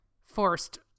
forced